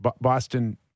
Boston